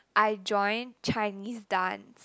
I joined Chinese dance